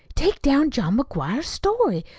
take down john mcguire's story.